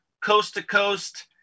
coast-to-coast